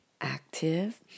active